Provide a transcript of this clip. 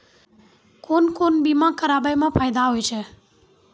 कोन कोन बीमा कराबै मे फायदा होय होय छै?